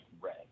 red